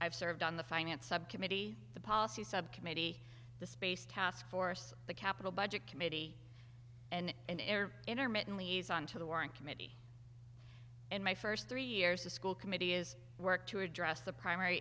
i've served on the finance subcommittee the policy subcommittee the space taskforce the capital budget committee and intermittently on to the war in committee in my first three years the school committee is work to address the primary